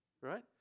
right